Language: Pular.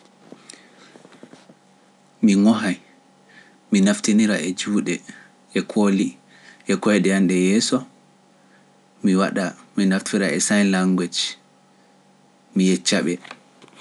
Mi ngohai mi naftindira e juude e koide, mi wada sign language mi yecca be